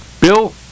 Bill